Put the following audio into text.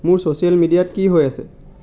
মোৰ ছ'চিয়েল মিডিয়াত কি হৈ আছে